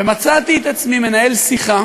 ומצאתי את עצמי מנהל שיחה